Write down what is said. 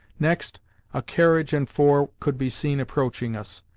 next a carriage-and-four could be seen approaching us.